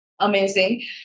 amazing